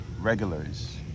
regulars